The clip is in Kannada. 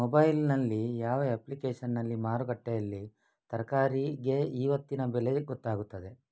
ಮೊಬೈಲ್ ನಲ್ಲಿ ಯಾವ ಅಪ್ಲಿಕೇಶನ್ನಲ್ಲಿ ಮಾರುಕಟ್ಟೆಯಲ್ಲಿ ತರಕಾರಿಗೆ ಇವತ್ತಿನ ಬೆಲೆ ಗೊತ್ತಾಗುತ್ತದೆ?